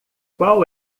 qual